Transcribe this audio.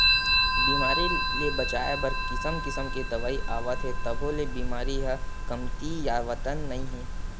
बेमारी ले बचाए बर किसम किसम के दवई आवत हे तभो ले बेमारी ह कमतीयावतन नइ हे